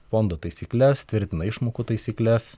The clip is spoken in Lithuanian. fondo taisykles tvirtina išmokų taisykles